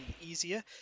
easier